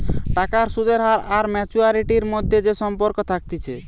টাকার সুদের হার আর ম্যাচুয়ারিটির মধ্যে যে সম্পর্ক থাকতিছে